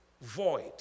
void